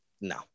no